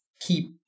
keep